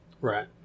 right